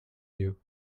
you